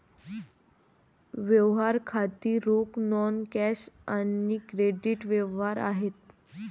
व्यवहार खाती रोख, नॉन कॅश आणि क्रेडिट व्यवहार आहेत